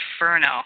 Inferno